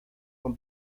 con